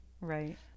Right